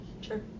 sure